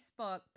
Facebook